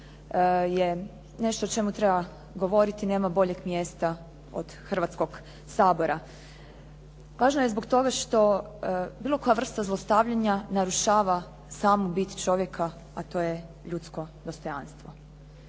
je nešto o čemu treba govoriti, nema boljeg mjesta od Hrvatskog sabora. Važno je zbog toga što bilo koja vrsta zlostavljanja narušava samu bit čovjeka a to je ljudsko dostojanstvo.